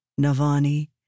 Navani